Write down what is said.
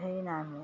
হেৰি নাই মোৰ